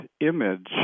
image